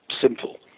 simple